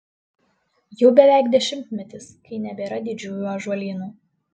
jau beveik dešimtmetis kai nebėra didžiųjų ąžuolynų